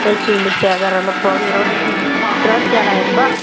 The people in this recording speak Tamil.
செய்கூலி சேதாரமெலாம் போக இருபத்தி இருபத்தி ஏழாயிர ருபாய்